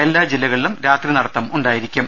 എല്ലാ ജില്ലകളിലും രാത്രിന ടത്തമുണ്ടായിരിക്കും